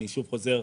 אני שוב חוזר,